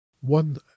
one